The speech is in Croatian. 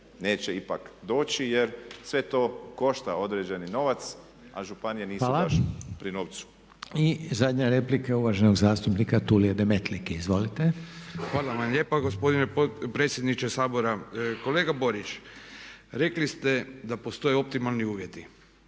neće ipak doći jer sve to košta određeni novac a županije nisu baš pri novcu. **Reiner, Željko (HDZ)** I zadnja replika uvaženog zastupnika Tulije Demetlike. Izvolite. **Demetlika, Tulio (IDS)** Hvala vam lijepo gospodine predsjedniče Sabora. Kolega Boriću, rekli ste da postoje optimalni uvjeti.